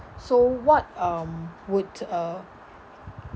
so what um would uh